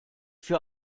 für